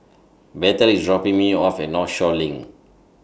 Bethel IS dropping Me off At Northshore LINK